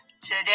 today